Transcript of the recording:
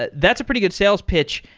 but that's a pretty good sales pitch.